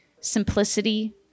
simplicity